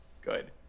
Good